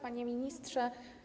Panie Ministrze!